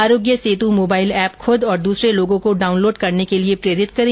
आरोग्य Setu mobile app खुद और दूसरे लोगों को डाउनलोड करवाने के लिए प्रेरित करें